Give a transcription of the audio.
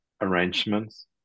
arrangements